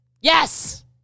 Yes